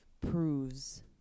proves